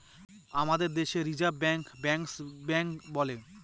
আমাদের দেশে রিসার্ভ ব্যাঙ্কে ব্যাঙ্কার্স ব্যাঙ্ক বলে